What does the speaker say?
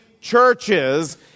churches